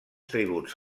tributs